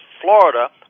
Florida